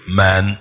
man